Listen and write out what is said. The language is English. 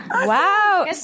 Wow